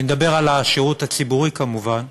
אני מדבר על השירות הציבורי כמובן.